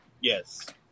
Yes